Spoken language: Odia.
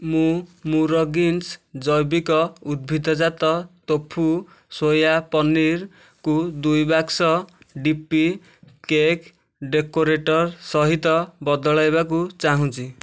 ମୁଁ ମୁରଗୀନ୍ସ୍ ଜୈବିକ ଉଦ୍ଭିଦଜାତ ତୋଫୁ ସୋୟା ପନିର୍କୁ ଦୁଇ ବକ୍ସ ଡିପି କେକ୍ ଡେକୋରେଟର୍ ସହିତ ବଦଳାଇବାକୁ ଚାହୁଁଛି